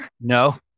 No